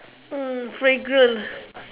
mm fragrant